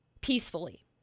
Peacefully